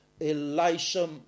Elisha